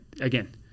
again